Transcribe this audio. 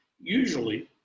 Usually